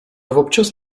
občas